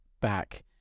back